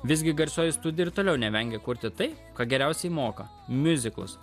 visgi garsioji studija ir toliau nevengia kurti tai ką geriausiai moka miuziklus